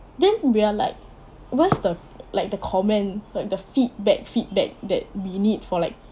then we are like where's the like the comment like the feedback feedback that we need for like